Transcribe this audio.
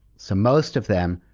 so most of them,